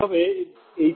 সুতরাং এটি সমান হবে hfg